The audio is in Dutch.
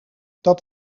dat